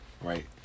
Right